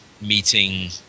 meeting